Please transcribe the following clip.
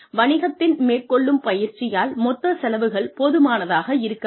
வணிகத்தின் மேற்கொள்ளும் பயிற்சியால் மொத்த செலவுகள் போதுமானதாக இருக்காது